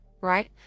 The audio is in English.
right